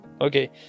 Okay